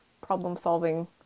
problem-solving